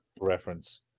reference